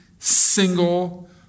single